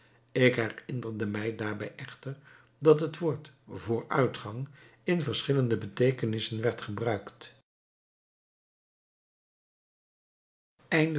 ik herinnerde mij daarbij echter dat het woord vooruitgang in verschillende beteekenissen werd gebruikt